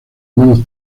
menos